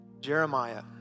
Jeremiah